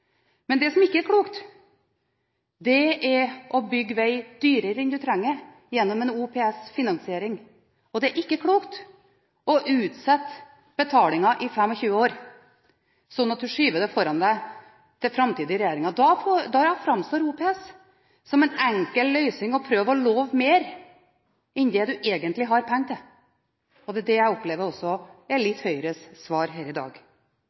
Men det som ikke er klokt, er å bygge veg dyrere enn det man trenger å gjøre gjennom en OPS-finansiering. Det er ikke klokt å utsette betalingen i 25 år, slik at du skyver det foran deg til framtidige regjeringer. Da framstår OPS som en enkel løsning med å prøve å love mer enn det en egentlig har penger til. Det er også det jeg opplever at Høyres svar her i dag